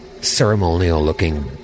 ceremonial-looking